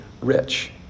rich